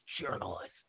journalist